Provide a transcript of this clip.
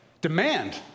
demand